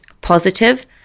positive